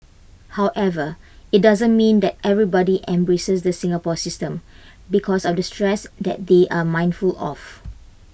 however IT doesn't mean that everybody embraces the Singapore system because of the stress that they are mindful of